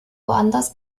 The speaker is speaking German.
woanders